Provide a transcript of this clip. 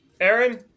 Aaron